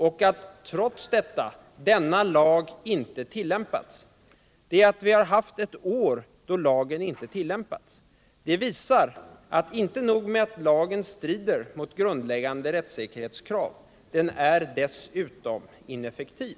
Men trots detta har denna lag inte tillämpats — inte under hela året. Inte nog med att lagen strider mot grundläggande rättssäkerhetskrav — den är alltså dessutom ineffektiv.